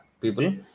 people